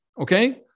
okay